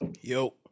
Yo